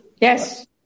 yes